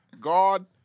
God